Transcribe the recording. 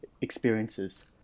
experiences